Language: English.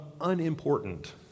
unimportant